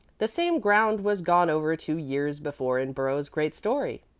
the same ground was gone over two years before in burrows's great story,